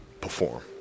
Perform